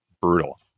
brutal